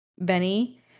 Benny